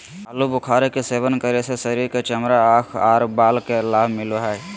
आलू बुखारे के सेवन करे से शरीर के चमड़ा, आंख आर बाल के लाभ मिलो हय